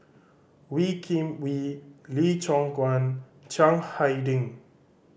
Wee Kim Wee Lee Choon Guan Chiang Hai Ding